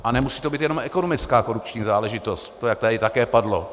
A nemusí to být jenom ekonomická korupční záležitost, jak to tady také padlo.